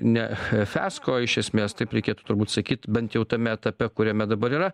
ne fiasko iš esmės taip reikėtų turbūt sakyt bent jau tame etape kuriame dabar yra